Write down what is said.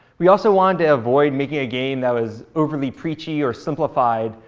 we also wanted to avoid making a game that was overly preachy or simplified,